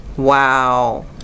wow